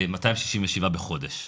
267 בחודש.